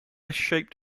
shaped